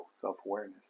self-awareness